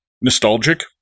nostalgic